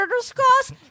discuss